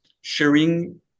sharing